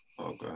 okay